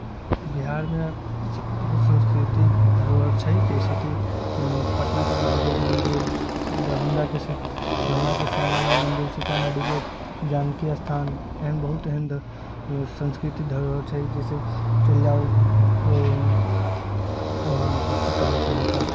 बिहारमे बहुत सांस्कृतिक धरोहर छै जइसेकि पटनाके महावीर मन्दिर दरभङ्गाके श्यामा माइ मन्दिर सीतामढ़ीके जानकी अस्थान एहन बहुत एहन सांस्कृतिक धरोहर छै जइसे चलि जाउ वहाँ कथी कहै छै हुनका